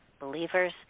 believers